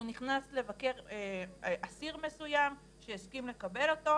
הוא נכנס לבקר אסיר מסוים שהסכים לקבל אותו,